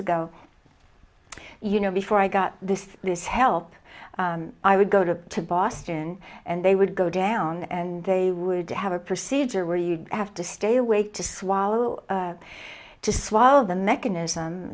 ago you know before i got this loose help i would go to boston and they would go down and they would have a procedure where you'd have to stay awake to swallow to swallow the mechanism